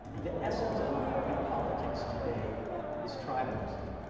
the essence of american politics today is tribalism.